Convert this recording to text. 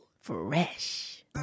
Fresh